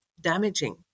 damaging